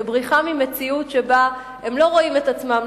כבריחה ממציאות שבה הם לא רואים את עצמם,